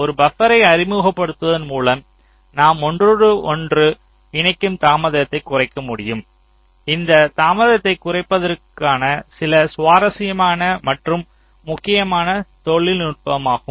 ஒரு பபர்ரை அறிமுகப்படுத்துவதன் மூலம் நாம் ஒன்றோடொன்று இணைக்கும் தாமதத்தை குறைக்க முடியும் இது தாமதத்தை குறைப்பதற்கான மிகவும் சுவாரஸ்யமான மற்றும் முக்கியமான நுட்பமாகும்